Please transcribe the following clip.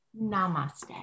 namaste